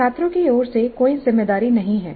छात्रों की ओर से कोई जिम्मेदारी नहीं है